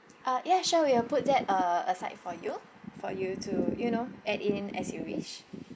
uh ya sure we'll put that uh aside for you for you to you know add in as you wish